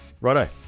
Righto